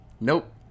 nope